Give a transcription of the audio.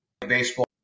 baseball